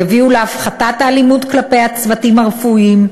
יביאו להפחתת האלימות כלפי הצוותים הרפואיים,